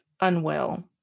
unwell